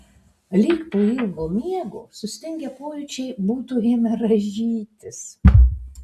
lyg po ilgo miego sustingę pojūčiai būtų ėmę rąžytis